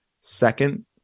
Second